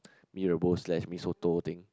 mee-rebus slash mee-soto thing